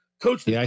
coach